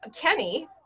Kenny